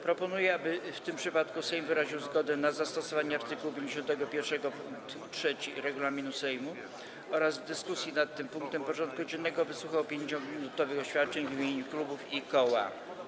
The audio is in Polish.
Proponuję, aby w tym przypadku Sejm wyraził zgodę na zastosowanie art. 51 pkt 3 regulaminu Sejmu oraz w dyskusji nad tym punktem porządku dziennego wysłuchał 5-minutowych oświadczeń w imieniu klubów i koła.